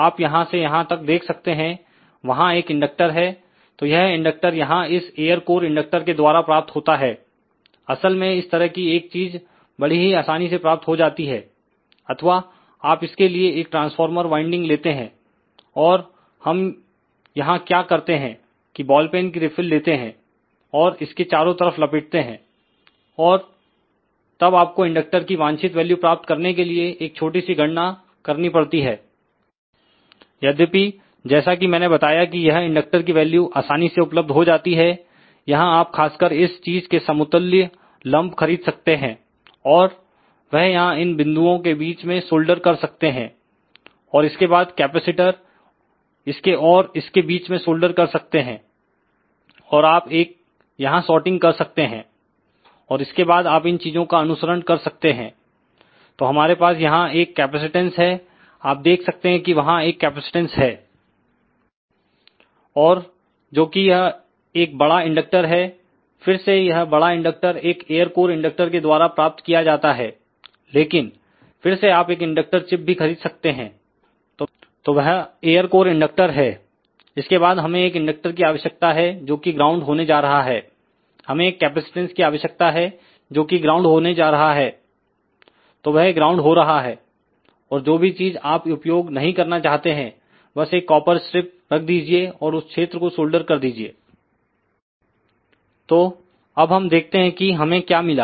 आप यहांसे यहां तक देख सकते हैं वहां एक इंडक्टर है तो यह इंडक्टर यहां इस एयर कोर इंडक्टर के द्वारा प्राप्त होता है असल में इस तरह की एक चीज बड़ी ही आसानी से प्राप्त हो जाती है अथवा आप इसके लिए एक ट्रांसफार्मर वाइंडिंग लेते हैं और हम यहां क्या करते है कि बॉल पेन की रिफिल लेते हैं और इसके चारों तरफ लपेटते हैं और तब आपको इंडक्टर की वांछित वैल्यू प्राप्त करने के लिए एक छोटी सी गणना करनी पड़ती है यद्यपि जैसा कि मैंने बताया कि यह इंडक्टर की वैल्यू आसानी से उपलब्ध हो जाती हैं यहांआप खासकर इस चीज के समतुल्य लंप खरीद सकते हैं और वहयहां इन बिंदुओं के बीच में सोल्डर कर सकते हैं और इसके बाद कैपेसिटर इसके और इसके बीच में सोल्डर कर सकते हैं और आप एक यहां सोर्टिंग कर सकते हैं और इसके बाद आप इन चीजों का अनुसरण कर सकते हैं तो हमारे पास यहां एक कैपेसिटेंस है आप देख सकते कि वहां एक कैपेसिटेंस है और जो कि यह एक बड़ा इंडक्टर है फिर से यह बड़ा इंडक्टर एक एयर कोर इंडक्टर के द्वारा प्राप्त किया जाता है लेकिन फिर से आप एक इंडक्टर चिप भी खरीद सकते हैं तो वह एयर कोर इंडक्टर है इसके बाद हमें एक इंडक्टर की आवश्यकता है जो कि ग्राउंड होने जा रहा है हमें एक कैपेसिटेंस की आवश्यकता है जोकि ग्राउंड होने जा रहा है तो वह ग्राउंड हो रहा है और जो भी चीज आप उपयोग नहीं करना चाहते हैं बस एक कॉपर स्ट्रिप रख दीजिए और उस क्षेत्र को सोल्डर कर दीजिए तो अब हम देखते हैं कि हमें क्या मिला